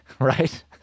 right